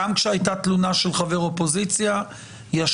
גם כשהייתה תלונה של חבר אופוזיציה ישבנו,